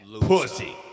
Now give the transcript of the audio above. Pussy